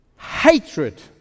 hatred